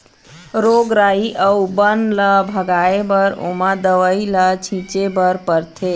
रोग राई अउ बन ल भगाए बर ओमा दवई ल छिंचे बर परथे